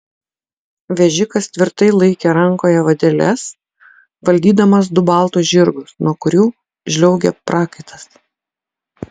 vežikas tvirtai laikė rankoje vadeles valdydamas du baltus žirgus nuo kurių žliaugė prakaitas